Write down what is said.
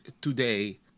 today